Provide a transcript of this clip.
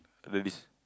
ladies